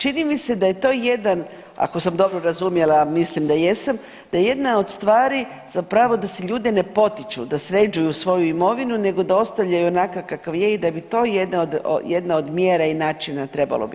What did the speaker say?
Čini mi se da je to jedan ako sam dobro razumjela, a mislim da jesam, da je jedna od stvari zapravo da se ljude ne potiču da sređuju svoju imovinu nego da ostavljaju onakav kakav je i da bi to jedna od mjera i načina trebalo biti.